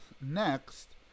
Next